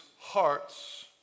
hearts